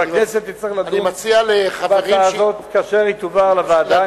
והכנסת תצטרך לדון בהצעה הזאת כאשר היא תובא לוועדה.